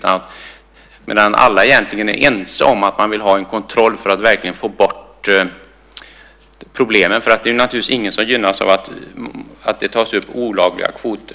Alla är egentligen ense om att man vill ha en kontroll för att verkligen få bort problemen. Det är naturligtvis ingen som gynnas av att det tas upp olagliga kvoter.